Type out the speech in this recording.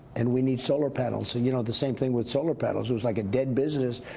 and we need solar panels. and you know, the same thing with solar panels, it was like a dead business,